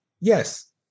yes